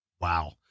Wow